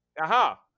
aha